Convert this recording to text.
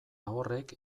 horrek